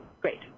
great